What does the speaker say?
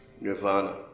nirvana